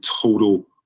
total